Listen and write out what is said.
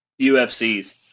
UFCs